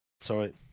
sorry